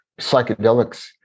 psychedelics